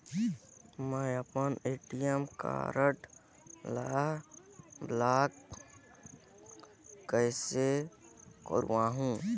मै अपन ATM card ल ब्लाक कइसे करहूं?